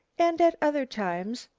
and at other times,